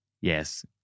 yes